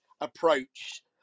approach